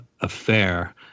affair